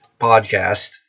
podcast